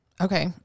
Okay